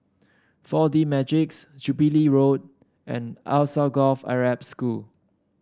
Four D Magix Jubilee Road and Alsagoff Arab School